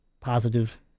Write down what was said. positive